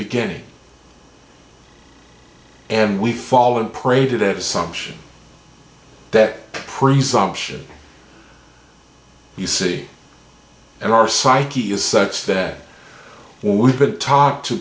beginning and we fallen prey to that assumption that presumption you see in our psyche is such that we've been taught to